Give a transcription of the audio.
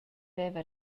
veva